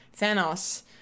Thanos